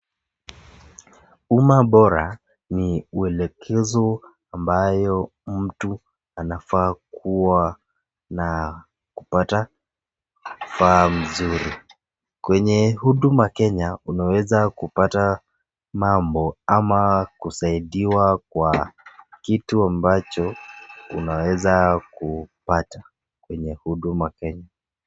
Umma bora ni uelekezo ambayo mtu anafaa kuwa na kupata vifaa mzuri, kwenye huduma kenya unaweza kupata mambo ama kusaidiwa kwa kitu ambacho unaweza kupata kwenye huduma kenya.